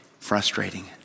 Frustrating